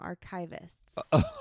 archivists